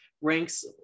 ranks